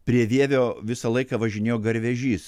prie vievio visą laiką važinėjo garvežys